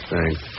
Thanks